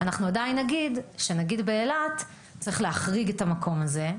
אנחנו עדיין נגיד שבאילת צריך להחריג את המקום הזה,